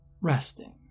resting